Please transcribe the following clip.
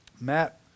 Matt